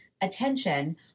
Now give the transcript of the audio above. attention